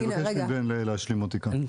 אני אבקש מבן להשלים אותי כאן.